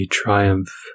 triumph